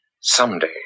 Someday